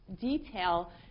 detail